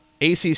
ACC